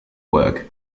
work